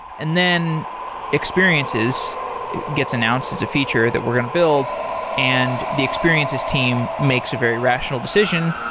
and then experiences gets announced as a feature that we're going to build and the experiences team makes a very rational decision,